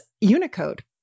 Unicode